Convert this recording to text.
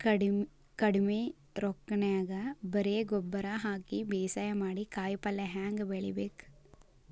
ಕಡಿಮಿ ರೊಕ್ಕನ್ಯಾಗ ಬರೇ ಗೊಬ್ಬರ ಹಾಕಿ ಬೇಸಾಯ ಮಾಡಿ, ಕಾಯಿಪಲ್ಯ ಹ್ಯಾಂಗ್ ಬೆಳಿಬೇಕ್?